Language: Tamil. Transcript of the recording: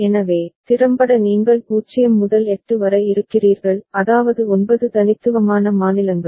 எனவே திறம்பட நீங்கள் 0 முதல் 8 வரை இருக்கிறீர்கள் அதாவது 9 தனித்துவமான மாநிலங்கள்